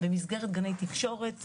במסגרת גני תקשורת,